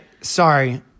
Sorry